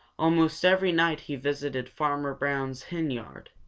almost every night he visited farmer brown's henyard.